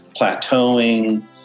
plateauing